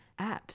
apps